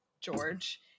George